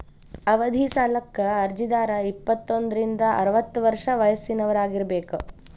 ಅವಧಿ ಸಾಲಕ್ಕ ಅರ್ಜಿದಾರ ಇಪ್ಪತ್ತೋಂದ್ರಿಂದ ಅರವತ್ತ ವರ್ಷ ವಯಸ್ಸಿನವರಾಗಿರಬೇಕ